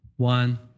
One